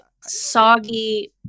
soggy